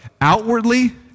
Outwardly